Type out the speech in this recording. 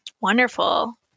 Wonderful